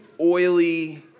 oily